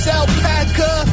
alpaca